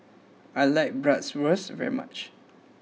I like Bratwurst very much